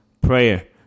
prayer